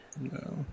No